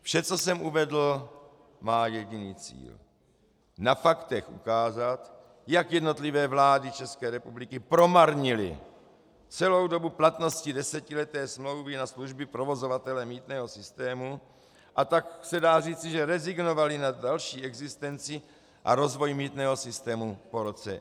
Vše, co jsem uvedl, má jediný cíl na faktech ukázat, jak jednotlivé vlády České republiky promarnily celou dobu platnosti desetileté smlouvy na služby provozovatele mýtného systému, a tak se dá říci, že rezignovaly na další existenci a rozvoj mýtného systému po roce 2017.